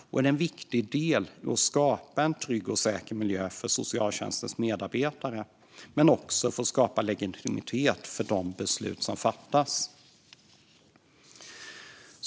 Det är en viktig del för att skapa en trygg och säker miljö för socialtjänstens medarbetare men också för att skapa legitimitet för de beslut som fattas.